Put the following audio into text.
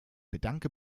bedanke